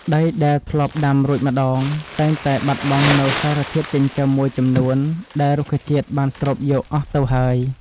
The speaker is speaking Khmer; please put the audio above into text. ដីដែលធ្លាប់ដាំរួចម្តងតែងតែបាត់បង់នូវសារធាតុចិញ្ចឹមមួយចំនួនដែលរុក្ខជាតិបានស្រូបយកអស់ទៅហើយ។